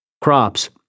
crops